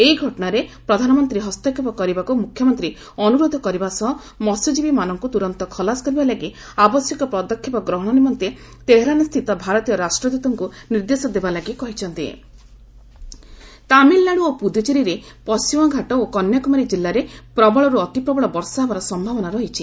ଏହି ଘଟଣାରେ ପ୍ରଧାନମନ୍ତ୍ରୀ ହସ୍ତକ୍ଷେପ କରିବାକୁ ମ୍ରଖ୍ୟମନ୍ତ୍ରୀ ଅନ୍ଦ୍ରରୋଧ କରିବା ସହ ମହ୍ୟଜୀବୀମାନଙ୍କ ତୁରନ୍ତ ଖଲାସ କରିବା ଲାଗି ଆବଶ୍ୟକ ପଦକ୍ଷେପ ଗ୍ରହଣ ନିମନ୍ତେ ତେହେରାନ୍ସ୍ଥିତ ଭାରତୀୟ ରାଷ୍ଟ୍ରଦୂତଙ୍କୁ ନିର୍ଦ୍ଦେଶ ଦେବାଲାଗି କହିଛନ୍ତି ୍ରା ଟିଏନ୍ ରେନ୍ ତାମିଲ୍ନାଡୁ ଓ ପୁଦୁଚେରୀରେ ପଣ୍ଟିମଘାଟ ଓ କନ୍ୟାକୁମାରୀ ଜିଲ୍ଲାରେ ପ୍ରବଳରୁ ଅତି ପ୍ରବଳ ବର୍ଷା ହେବାର ସମ୍ମାବନା ରହିଛି